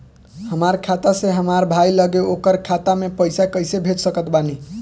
हमार खाता से हमार भाई लगे ओकर खाता मे पईसा कईसे भेज सकत बानी?